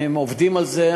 הם עובדים על זה.